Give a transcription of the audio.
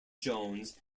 jones